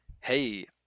hey